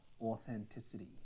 authenticity